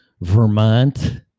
Vermont